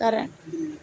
current